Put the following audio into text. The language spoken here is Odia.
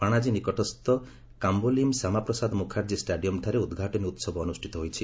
ପାଣାଜୀ ନିକଟସ୍ଥ କାମ୍ଘୋଲିମ୍ ଶ୍ୟାମାପ୍ରସାଦ ମୁଖାର୍ଜୀ ଷ୍ଟାଡିୟମ୍ଠାରେ ଉଦ୍ଘାଟନୀ ଉତ୍ସବ ଅନୁଷ୍ଠିତ ହୋଇଛି